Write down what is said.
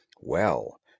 Well